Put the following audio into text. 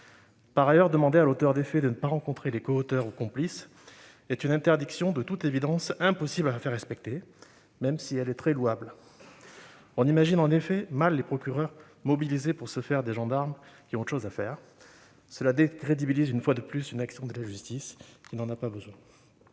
Par ailleurs, demander à l'auteur des faits de ne pas rencontrer les coauteurs ou complices est une interdiction de toute évidence impossible à faire respecter, même si l'intention est très louable. En effet, on imagine mal les procureurs mobiliser pour ce faire des gendarmes, qui ont autre chose à faire. Cette mesure décrédibilise une fois de plus l'action de la justice, qui n'en a pas besoin.